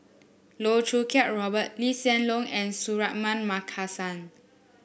Loh Choo Kiat Robert Lee Hsien Loong and Suratman Markasan